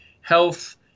health